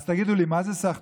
אז תגידו לי, מה זה סחטנות?